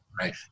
Right